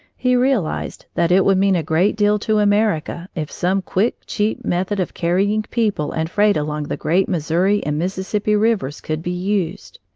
he realized that it would mean a great deal to america if some quick, cheap method of carrying people and freight along the great missouri and mississippi rivers could be used.